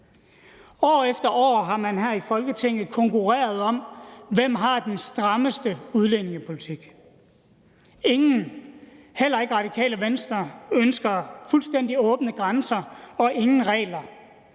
År efter år har man her i Folketinget konkurreret om, hvem der har den strammeste udlændingepolitik. Ingen, heller ikke Radikale Venstre, ønsker fuldstændig åbne grænser og ingen regler.